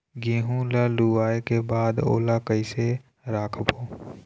गेहूं ला लुवाऐ के बाद ओला कइसे राखबो?